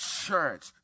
church